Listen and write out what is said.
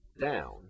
down